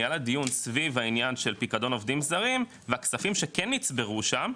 ניהלה דיון סביב העניין של פקדון עובדים זרים והכספים שכן נצברו שם,